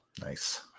Nice